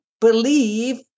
believe